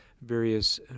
various